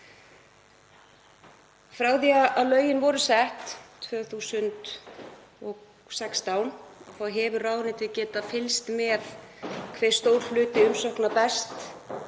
Frá því að lögin voru sett 2016 hefur ráðuneytið getað fylgst með hve stór hluti umsókna berst